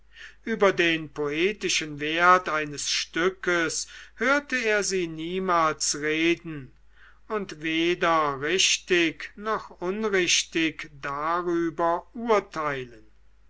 über den poetischen wert eines stückes hörte er sie niemals reden und weder richtig noch unrichtig darüber urteilen